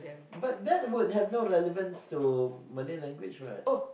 but that would have no relevance to Malay language right